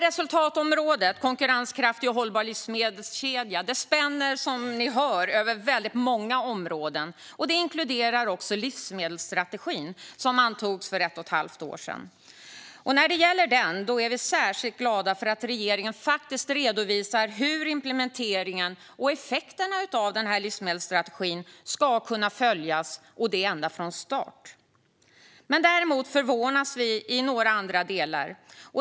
Resultatområdet Konkurrenskraftig och hållbar livsmedelskedja spänner som ni hör över väldigt många områden. Den inkluderar även livsmedelsstrategin som antogs för ett och ett halvt år sedan. Vi är särskilt glada över att regeringen redovisar hur implementeringen och effekterna av livsmedelsstrategin ska kunna följas från start. Vi förvånas däremot över andra delar.